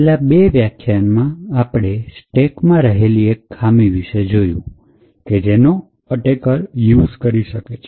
છેલ્લા બે વ્યાખ્યાનમાં આપણે સ્ટેકમાં રહેલી એક ખામી વિશે જોયું કે જેનો અટેકર યુઝ કરી શકે છે